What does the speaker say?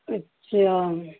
अच्छा